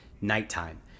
nighttime